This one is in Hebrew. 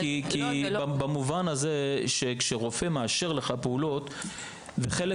-- כי במובן הזה כשרופא מאשר לך פעולות וחלק